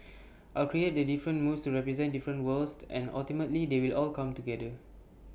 I'll create the different moods to represent different worlds and ultimately they will all come together